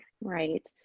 right